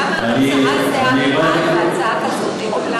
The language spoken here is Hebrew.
למה הצעה זהה בעד והצעה כזאת נגד?